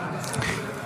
נתקבלה.